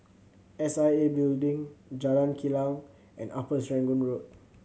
S I A Building Jalan Kilang and Upper Serangoon Road